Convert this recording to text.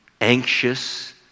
anxious